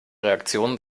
reaktionen